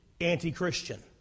anti-Christian